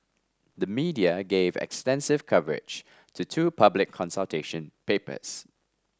the media gave extensive coverage to two public consultation papers